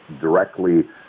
directly